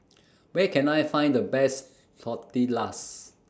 Where Can I Find The Best Tortillas